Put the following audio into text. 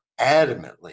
adamantly